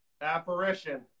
Apparition